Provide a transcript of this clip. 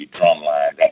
Drumline